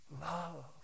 love